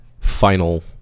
final